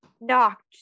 knocked